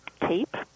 tape